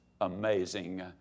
amazing